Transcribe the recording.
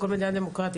בכל מדינה דמוקרטית.